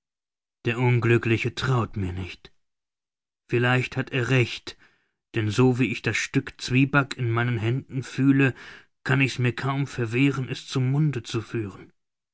der unglückliche traut mir nicht vielleicht hat er recht denn so wie ich das stück zwieback in meinen händen fühle kann ich's mir kaum verwehren es zum munde zu führen